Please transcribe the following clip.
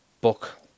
book